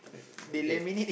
okay